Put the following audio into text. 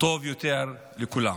טוב יותר לכולנו.